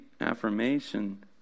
affirmation